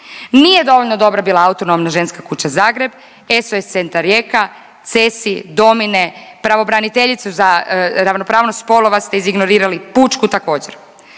nije dovoljno dobra bila Autonomna ženska kuća Zagreb, SOS centar Rijeka, CESI, Domine, pravobraniteljicu za ravnopravnost spolova ste izignorirali, pučku također.